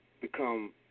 become